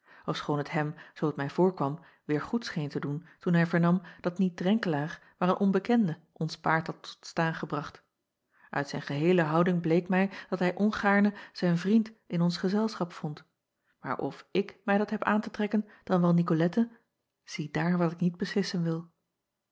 ofschoon het hem zoo t mij voorkwam weêr goed scheen te doen toen hij vernam dat niet renkelaer maar een onbekende ons paard had tot staan gebracht it zijn geheele houding bleek mij dat hij ongaarne zijn vriend in ons gezelschap vond maar of ik mij dat heb aan te trekken dan wel icolette ziedaar wat ik niet beslissen wil